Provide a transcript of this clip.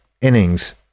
innings